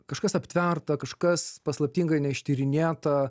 kažkas aptverta kažkas paslaptingai neištyrinėta